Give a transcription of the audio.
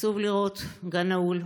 עצוב לראות גן נעול.